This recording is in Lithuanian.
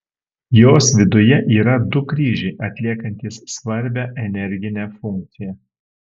jos viduje yra du kryžiai atliekantys svarbią energinę funkciją